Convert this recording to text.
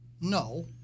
No